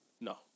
No